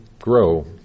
grow